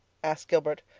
asked gilbert.